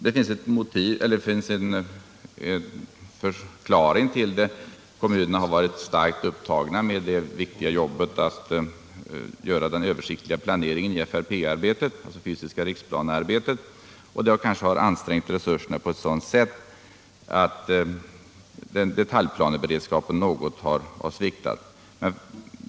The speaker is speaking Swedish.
Det finns en förklaring till det: kommunerna har varit starkt upptagna med det viktiga jobbet att göra den översiktliga planeringen FRP -— det fysiska riksplanearbetet — och det kanske har ansträngt resurserna på ett sådant sätt att detaljplaneberedskapen har sviktat.